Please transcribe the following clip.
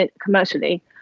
commercially